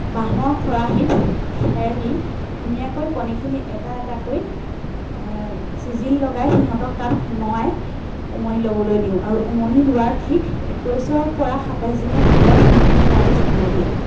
বাঁহৰ খৰাহীত খেৰ দি ধুনীয়াকৈ কণীখিনি এটা এটাকৈ চিজিল লগাই সিহঁতক তাত সোমোৱাই উমনি ল'বলৈ দিওঁ আৰু উমনি লোৱাৰ ঠিক একৈছৰ পৰা সাতাইছ দিনৰ ভিতৰত সিহঁতে পোৱালি জন্ম দিয়ে